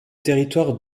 territoire